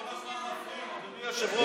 כל הזמן מפריעים לו, אדוני היושב-ראש.